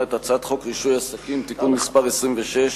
את הצעת חוק רישוי עסקים (תיקון מס' 26)